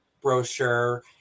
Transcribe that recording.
brochure